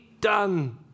done